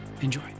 Enjoy